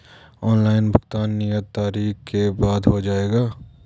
Online भुगतान नियत तारीख के बाद हो जाएगा?